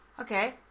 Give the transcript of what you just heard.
Okay